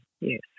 yes